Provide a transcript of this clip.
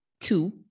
Two